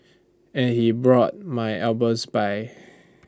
and he brought my albums by